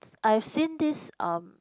I've seen this um